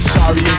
Sorry